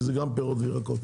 פירות וירקות.